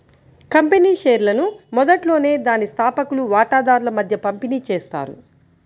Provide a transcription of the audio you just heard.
company షేర్లను మొదట్లోనే దాని స్థాపకులు వాటాదారుల మధ్య పంపిణీ చేస్తారు